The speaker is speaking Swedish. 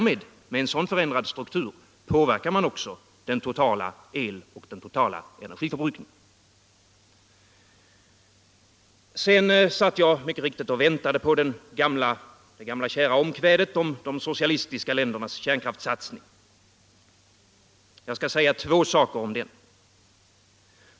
Med en sådan förändrad struktur påverkar man också den totala eloch energiförbrukningen. Jag satt och väntade på det gamla kära omkvädet om de socialistiska ländernas kärnkraftssatsning. Jag skall säga två saker om den.